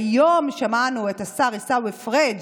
היום שמענו את השר עיסאווי פריג'